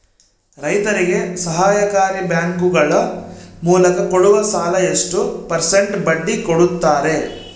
ರೈತರಿಗೆ ಸಹಕಾರಿ ಬ್ಯಾಂಕುಗಳ ಮೂಲಕ ಕೊಡುವ ಸಾಲ ಎಷ್ಟು ಪರ್ಸೆಂಟ್ ಬಡ್ಡಿ ಕೊಡುತ್ತಾರೆ?